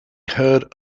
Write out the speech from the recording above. heard